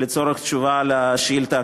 לצורך תשובה על השאילתה הקודמת.